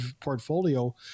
portfolio